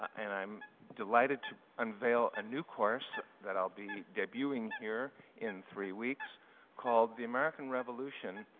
and i'm delighted to unveil a new course that i'll be debuting here in three weeks called the american revolution,